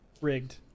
Rigged